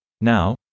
Now